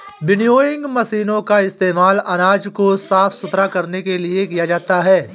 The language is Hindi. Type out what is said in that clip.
विनोइंग मशीनों का इस्तेमाल अनाज को साफ सुथरा करने के लिए किया जाता है